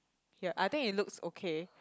ya I think it looks okay